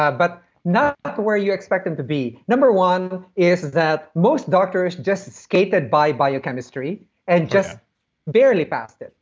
yeah but not where you expect them to be. number one is that most doctors just skated by biochemistry and just barely passed it.